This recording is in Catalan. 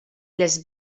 les